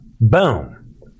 Boom